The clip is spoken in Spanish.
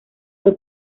fue